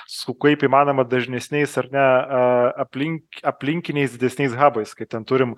su kaip įmanoma dažnesniais ar ne a aplink aplinkiniais didesniais habais kai ten turim